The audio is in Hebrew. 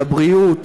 לבריאות,